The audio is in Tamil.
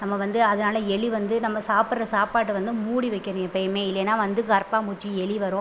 நம்ப வந்து அதனால் எலி வந்து நம்ப சாப்பிட்ற சாப்பாட்டை வந்து மூடி வைக்கணும் எப்பவுமே இல்லைனா வந்து கரப்பான் பூச்சி எலி வரும்